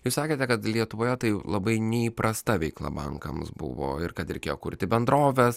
jūs sakėte kad lietuvoje tai labai neįprasta veikla bankams buvo ir kad reikėjo kurti bendroves